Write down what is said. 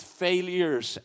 failures